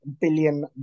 billion